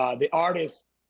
the artist,